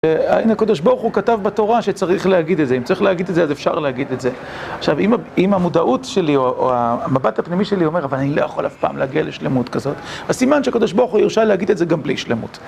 הנה קדוש ברוך הוא כתב בתורה שצריך להגיד את זה אם צריך להגיד את זה אז אפשר להגיד את זה עכשיו אם המודעות שלי או המבט הפנימי שלי אומר אבל אני לא יכול אף פעם להגיע לשלמות כזאת אז סימן שקדוש ברוך הוא הרשה להגיד את זה גם בלי שלמות